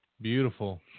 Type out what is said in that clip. Beautiful